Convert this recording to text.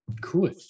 Cool